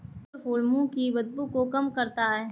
चक्रफूल मुंह की बदबू को कम करता है